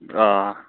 آ